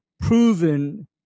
proven